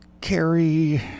carry